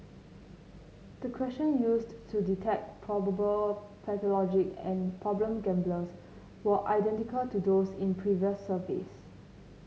the question used to detect probable pathological and problem gamblers were identical to those in previous surveys